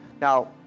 Now